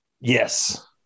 Yes